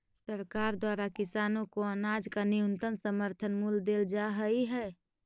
सरकार द्वारा किसानों को अनाज का न्यूनतम समर्थन मूल्य देल जा हई है